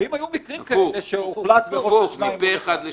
האם היו מקרים כאלה -- הפוך, מפה-אחד לשניים.